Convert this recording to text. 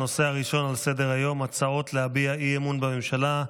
הנושא הראשון על סדר-היום: הצעות להביע אי-אמון בממשלה.